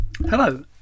hello